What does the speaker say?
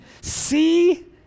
See